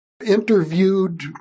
interviewed